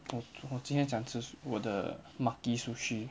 我我今天想吃我的 maki sushi